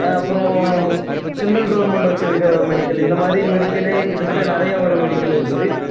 அப்புறோம் central government வெச்சுருக்க medical இந்த மாதிரி மெடிக்கலே கிட்டத்தட்ட நிறையா ஒரு மெடிக்கல் இருக்குது